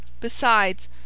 Besides